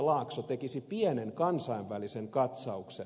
laakso tekisi pienen kansainvälisen katsauksen